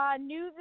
news